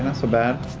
and so bad.